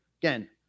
Again